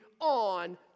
on